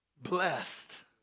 Blessed